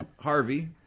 Harvey